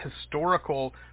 historical